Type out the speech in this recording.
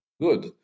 good